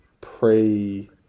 pre